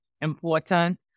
important